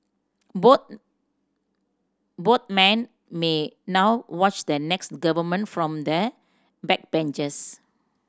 both both men may now watch the next government from the backbenches